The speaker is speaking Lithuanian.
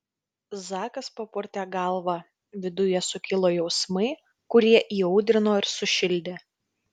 zakas papurtė galvą viduje sukilo jausmai kurie įaudrino ir sušildė